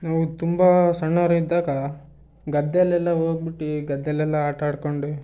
ನಾವು ತುಂಬ ಸಣ್ಣವರಿದ್ದಾಗ ಗದ್ದೇಲೆಲ್ಲ ಹೋಗ್ಬಿಟ್ಟು ಗದ್ದೇಲೆಲ್ಲ ಆಟಾಡ್ಕೊಂಡು